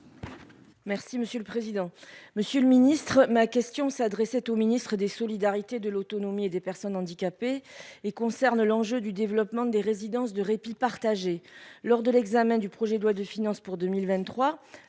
Merci monsieur le président, Monsieur le ministre, ma question s'adressait au ministre des solidarités, de l'autonomie et des personnes handicapées et concerne l'enjeu du développement des résidences de répit partagé lors de l'examen du projet de loi de finances pour 2023,